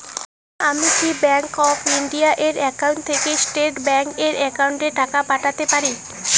আমি কি bank of India এর একাউন্ট থেকে স্টেট ব্যাংক এর একাউন্টে টাকা পাঠাতে পারি?